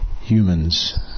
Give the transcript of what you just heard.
humans